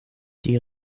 die